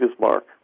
mark